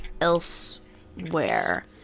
elsewhere